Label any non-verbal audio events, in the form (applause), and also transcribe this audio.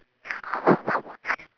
(noise)